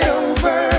over